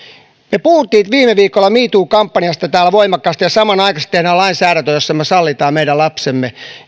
me puhuimme viime viikolla me too kampanjasta täällä voimakkaasti ja samanaikaisesti tehdään lainsäädäntöä jossa me sallimme meidän lapsemme